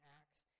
acts